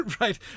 right